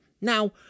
Now